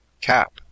Cap